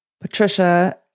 Patricia